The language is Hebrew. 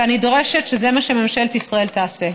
ואני דורשת שזה מה שממשלת ישראל תעשה.